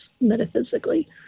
metaphysically